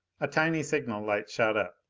a tiny signal light shot up.